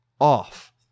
off